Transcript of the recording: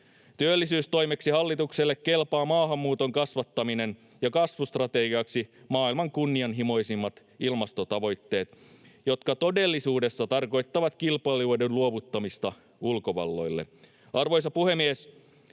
Työllisyystoimeksi hallitukselle kelpaa maahanmuuton kasvattaminen ja kasvustrategiaksi maailman kunnianhimoisimmat ilmastotavoitteet, jotka todellisuudessa tarkoittavat kilpailuedun luovuttamista ulkovalloille. Arvoisa puhemies!